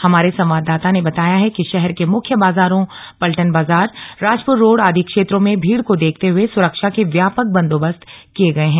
हमारे संवाददाता ने बताया है कि शहर के मुख्य बाजारों पल्टन बाजार राजपुर रोड आदि क्षेत्रों में भीड़ को देखते हुए सुरक्षा के व्यापक बंदोबस्त किये गए हैं